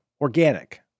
organic